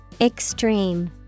Extreme